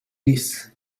this